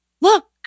Look